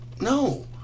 No